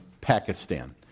Pakistan